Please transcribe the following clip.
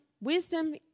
wisdom